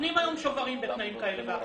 נותנים היום שוברים בתנאים כאלה ואחרים.